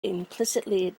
implicitly